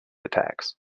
attacks